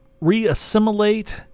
re-assimilate